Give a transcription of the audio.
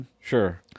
Sure